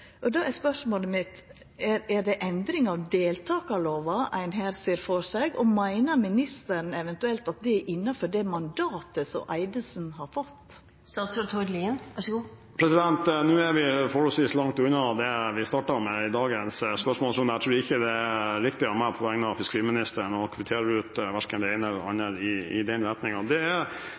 og utøvarar enn dagens. Då er spørsmålet mitt: Er det endringar i deltakarlova ein her ser for seg? Og meiner ministeren eventuelt at det er innanfor det mandatet som Eidesen-utvalet har fått? Nå er vi forholdsvis langt unna det vi startet med i dagens spørsmål, så jeg tror ikke det er riktig av meg på vegne av fiskeriministeren å kvittere ut verken det ene eller det andre i den retningen. Jeg sa imidlertid i